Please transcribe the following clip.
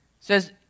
says